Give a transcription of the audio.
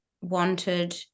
wanted